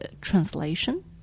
translation